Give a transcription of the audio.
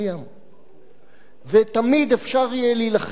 ותמיד אפשר יהיה להילחם על העניין העקרוני,